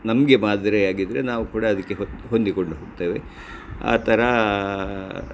ನಮಗೆ ಮಾದರಿಯಾಗಿದ್ದರೆ ನಾವು ಕೂಡ ಅದಕ್ಕೆ ಹೊಂದಿಕೊಂಡು ಹೋಗ್ತೇವೆ ಆ ಥರ